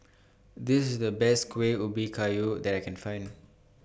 This IS The Best Kuih Ubi Kayu that I Can Find